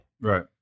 Right